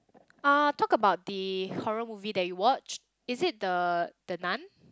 uh talk about the horror movie that you watch is it the the Nun